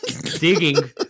Digging